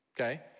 okay